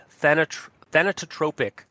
thanatotropic